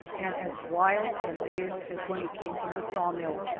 and as wild and fierce as when he came from the saw-mill,